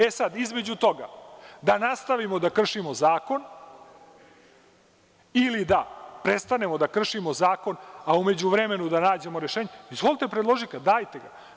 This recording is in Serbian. E, sad, između toga da nastavimo da kršimo zakon ili da prestanemo da kršimo zakon, a u međuvremenu da nađemo rešenje, izvolite, predložite ga, dajte ga.